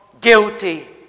guilty